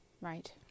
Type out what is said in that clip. Right